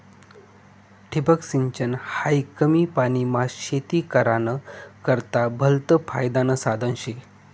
ठिबक सिंचन हायी कमी पानीमा शेती कराना करता भलतं फायदानं साधन शे